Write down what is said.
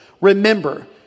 remember